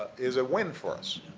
is a win for us.